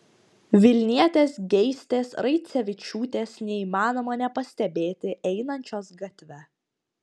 vilnietės geistės raicevičiūtės neįmanoma nepastebėti einančios gatve